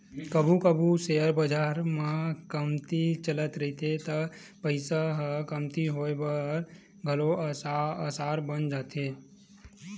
कभू कभू सेयर बजार म खंगती चलत रहिथे त पइसा ह कमती होए के घलो असार बन जाथे